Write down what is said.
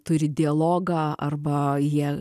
turi dialogą arba jie